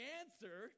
answer